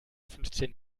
fünfzehn